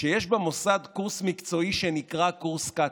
שיש במוסד קורס מקצועי שנקרא "קורס קצ"א".